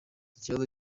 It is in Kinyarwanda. ikibazo